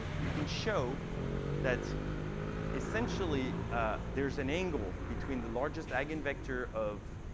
you can show that essentially there's an angle between the largest eigenvector of